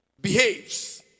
behaves